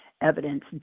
evidence